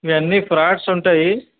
ఇవన్నీ ఫ్రాడ్స్ ఉంటాయి